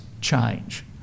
change